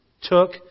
took